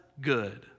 good